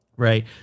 Right